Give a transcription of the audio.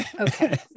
Okay